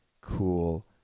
cool